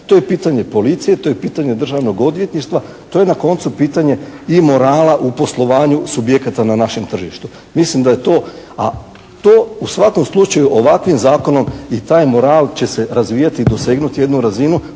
To je pitanje policije, to je pitanje državnog odvjetništva, to je na koncu pitanje i morala u poslovanju subjekata na našem tržištu. Mislim da je to, a to je u svakom slučaju ovakvim zakonom i taj moral će se razvijati i dosegnuti jednu razinu